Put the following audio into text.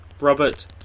Robert